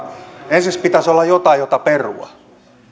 ensiksi pitäisi olla jotain jota perua